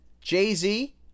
Jay-Z